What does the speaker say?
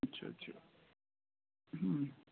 اچھا اچھا ہوں